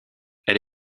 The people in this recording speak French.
elle